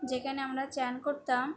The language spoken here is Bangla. যেখানে আমরা স্নান করতাম